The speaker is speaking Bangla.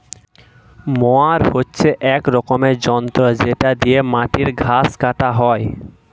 মোয়ার হচ্ছে এক রকমের যন্ত্র যেটা দিয়ে মাটির ঘাস কাটা হয়